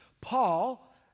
Paul